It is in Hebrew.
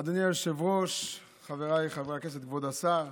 אדוני היושב-ראש, חבריי חברי הכנסת, כבוד השר,